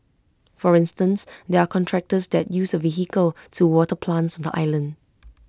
for instance there are contractors that use A vehicle to water plants on the island